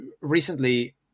Recently